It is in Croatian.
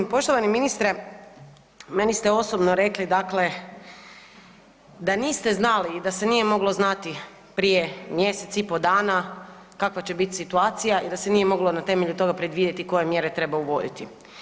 Poštovani ministre meni ste osobno rekli dakle, da niste znali i da se nije moglo znati prije mjesec i pol dana kakva će biti situacija i da se nije moglo na temelju toga predvidjeti koje mjere treba uvoditi.